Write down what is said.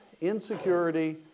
insecurity